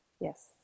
Yes